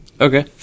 okay